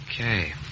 Okay